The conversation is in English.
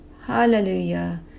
Hallelujah